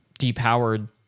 depowered